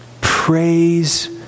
Praise